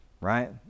right